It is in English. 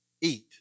eat